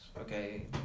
okay